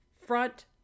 front